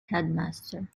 headmaster